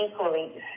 equally